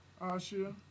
Asha